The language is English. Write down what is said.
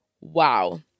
Wow